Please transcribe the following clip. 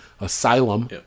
asylum